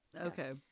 Okay